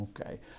okay